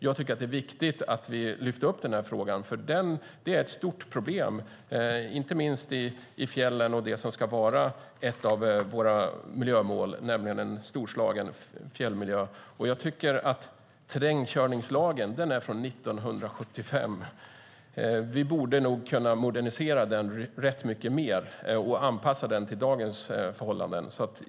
Jag tycker att det är viktigt att vi lyfter upp frågan, för detta är ett stort problem inte minst i fjällen och när det gäller det som ska vara ett av våra miljömål, nämligen en storslagen fjällmiljö. Terrängkörningslagen är från 1975. Vi borde kunna modernisera den rätt mycket mer och anpassa den till dagens förhållanden.